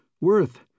Worth